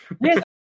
Yes